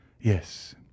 yes